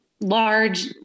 large